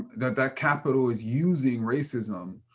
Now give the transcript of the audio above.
that that capital is using racism